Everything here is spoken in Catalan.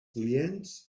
clients